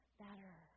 better